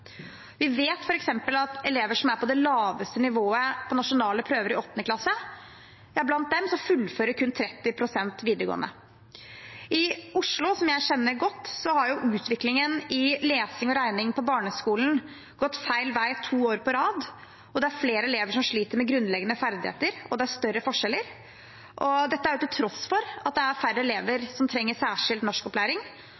Vi vet f.eks. at blant elever som er på det laveste nivået på nasjonale prøver i 8. klasse, fullfører kun 30 pst. videregående. I Oslo, som jeg kjenner godt, har utviklingen i lesing og regning på barneskolen gått feil vei to år på rad. Det er flere elever som sliter med grunnleggende ferdigheter, og det er større forskjeller. Dette er til tross for at det er færre elever